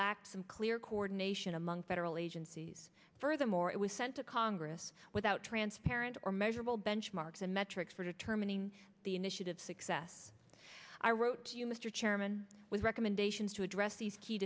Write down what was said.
some clear coordination among federal agencies furthermore it was sent to congress without transparent or measurable benchmarks and metrics for determining the initiative success i wrote to you mr chairman with recommendations to address these key